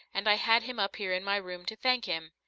and i had him up here in my room to thank him.